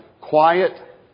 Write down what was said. quiet